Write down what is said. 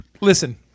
Listen